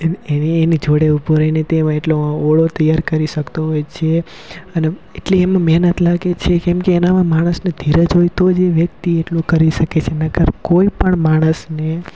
એની જોડે ઊભું રઈને તે એમાં એટલો ઓળો તૈયાર કરી શકતો હોય છે અને એટલી એમાં મેહનત લાગે છે કેમકે એનામાં માણસને ધીરજ હોય તોજ એ વ્યક્તિ એટલું કરી શકે છે નકર કોઈપણ માણસને